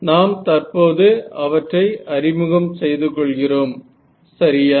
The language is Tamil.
நாம் தற்போது அவற்றை அறிமுகம் செய்து கொள்கிறோம் சரியா